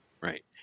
Right